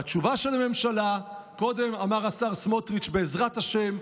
והתשובה של הממשלה: קודם אמר השר סמוטריץ': בעזרת השם,